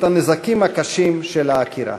את הנזקים הקשים של העקירה.